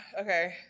Okay